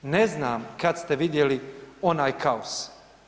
Ne znam kada ste vidjeli onaj kaos.